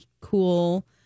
cool